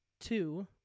Two